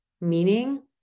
meaning